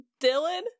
Dylan